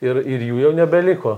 ir ir jų jau nebeliko